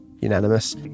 unanimous